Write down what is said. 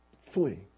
flee